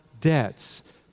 debts